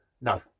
No